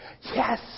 Yes